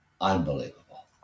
unbelievable